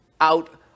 out